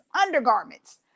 undergarments